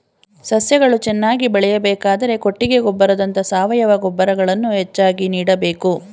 ಸಸ್ಯಗಳು ಚೆನ್ನಾಗಿ ಬೆಳೆಯಬೇಕಾದರೆ ಕೊಟ್ಟಿಗೆ ಗೊಬ್ಬರದಂತ ಸಾವಯವ ಗೊಬ್ಬರಗಳನ್ನು ಹೆಚ್ಚಾಗಿ ನೀಡಬೇಕು